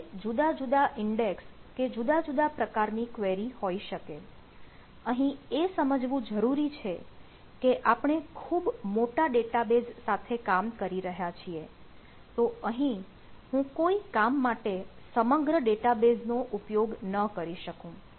આપણી પાસે જુદા જુદા ઇન્ડેક્ષ કે જુદા જુદા પ્રકારની ક્વેરી હોઈ શકે અહીં એ સમજવું જરૂરી છે કે આપણે ખૂબ મોટા ડેટાબેઝ સાથે કામ કરી રહ્યા છીએ તો અહીં હું કોઈ કામ માટે સમગ્ર ડેટાબેઝનો ઉપયોગ ન કરી શકું